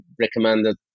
recommended